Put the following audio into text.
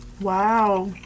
wow